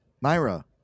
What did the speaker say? myra